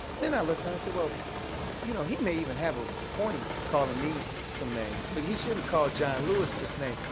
then i looked and i so said, you know, he may even have a point calling me some names but he shouldn't call john lewis this name.